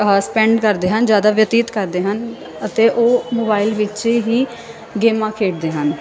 ਆਹਾ ਸਪੈਂਡ ਕਰਦੇ ਹਨ ਜ਼ਿਆਦਾ ਬਤੀਤ ਕਰਦੇ ਹਨ ਅਤੇ ਉਹ ਮੋਬਾਈਲ ਵਿੱਚ ਹੀ ਗੇਮਾਂ ਖੇਡਦੇ ਹਨ